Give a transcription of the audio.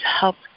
help